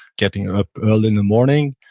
getting up early in the morning,